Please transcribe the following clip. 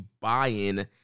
buy-in